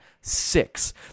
Six